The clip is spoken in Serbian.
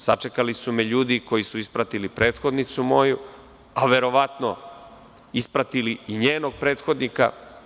Sačekali su me ljudi koji su ispratili moju prethodnicu, a verovatno ispratili i njenog prethodnika.